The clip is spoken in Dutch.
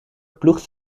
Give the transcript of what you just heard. ploegt